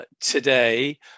today